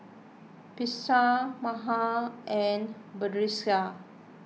Batrisya Mawar and Batrisya